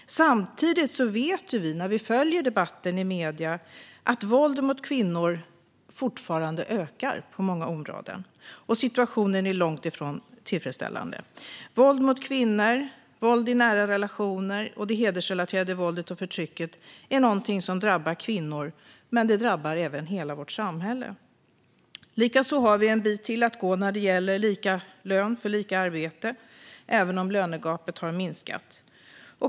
Genom debatten i medierna vet vi att våldet mot kvinnor fortfarande ökar på många områden, och situationen är långt ifrån tillfredsställande. Våld mot kvinnor, våld i nära relationer samt hedersrelaterat våld och förtryck är någonting som drabbar kvinnor, men det drabbar även hela vårt samhälle. Vi har också en bit till att gå när det gäller lika lön för lika arbete, även om lönegapet har minskat.